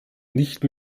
nicht